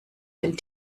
den